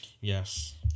yes